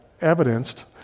evidenced